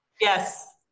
Yes